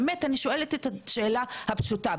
אני באמת שואלת את השאלה הפשוטה הזו.